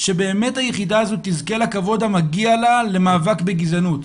שבאמת היחידה הזו תזכה לכבוד המגיע לה למאבק בגזענות.